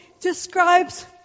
describes